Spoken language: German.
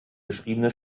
beschriebene